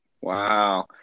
Wow